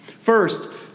First